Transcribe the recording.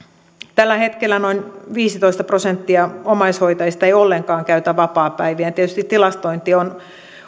tällä hetkellä noin viisitoista prosenttia omaishoitajista ei ollenkaan käytä vapaapäiviään tietysti tilastointi